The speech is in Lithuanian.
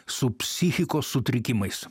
su psichikos sutrikimais